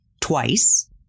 twice